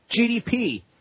GDP